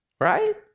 Right